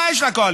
מה יש לקואליציה?